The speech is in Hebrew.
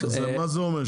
מה זה אומר?